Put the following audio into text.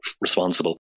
responsible